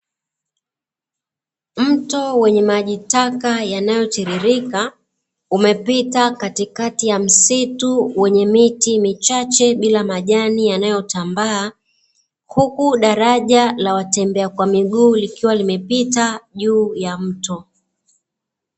Mto wenye maji taka yanayotiririka, umepita katikati ya msitu wenye miti michache bila majani yanayo tambaa. Huku daraja la watembea kwa miguu likiwa limepita juu ya mto.